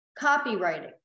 copywriting